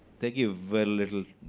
they give very little.